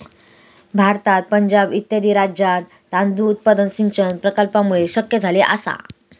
भारतात पंजाब इत्यादी राज्यांत तांदूळ उत्पादन सिंचन प्रकल्पांमुळे शक्य झाले आसा